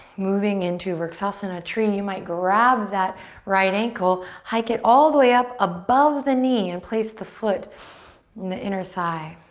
moving into vrksasana, tree, and you might grab that right ankle. hike it all the way up above the knee and place the foot in the inner thigh.